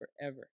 forever